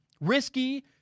Risky